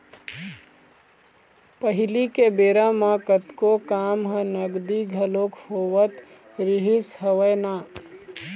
पहिली के बेरा म कतको काम ह नगदी घलोक होवत रिहिस हवय ना